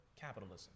capitalism